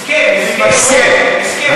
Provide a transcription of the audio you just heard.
הסכם, הסכם.